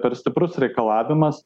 per stiprus reikalavimas